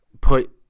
put